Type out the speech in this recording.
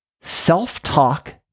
self-talk